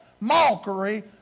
mockery